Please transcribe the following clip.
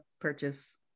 purchase